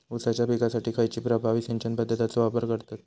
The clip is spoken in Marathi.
ऊसाच्या पिकासाठी खैयची प्रभावी सिंचन पद्धताचो वापर करतत?